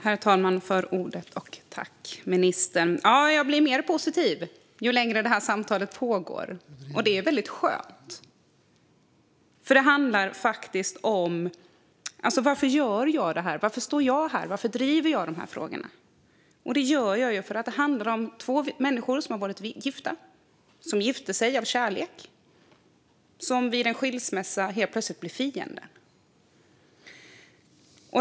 Herr talman! Jag blir mer positiv ju längre detta samtal pågår, och det är väldigt skönt. Varför gör jag detta? Varför står jag här? Varför driver jag de här frågorna? Jo, det gör jag för att det handlar om två människor som har gift sig av kärlek men sedan vid en skilsmässa helt plötsligt blir fiender.